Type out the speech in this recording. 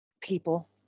people